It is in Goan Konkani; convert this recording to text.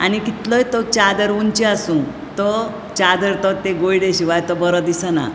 आनी कितलोय तो चादर उंची आसूं तो चादर तो ते गोयडे शिवाय तो बरो दिसाना